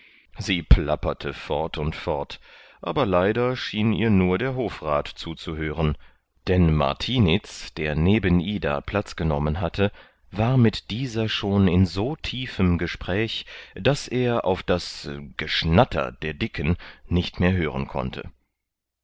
sie plapperte fort und fort aber leider schien ihr nur der hofrat zuzuhören denn martiniz der neben ida platz genommen hatte war mit dieser schon in so tiefem gespräch daß er auf das geschnatter der dicken nicht hören konnte